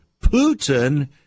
Putin